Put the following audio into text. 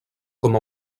com